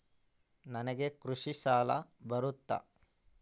ನನಗೆ ಕೃಷಿ ಸಾಲ ಬರುತ್ತಾ?